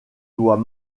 doit